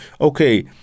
okay